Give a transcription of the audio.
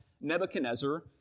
Nebuchadnezzar